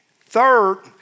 Third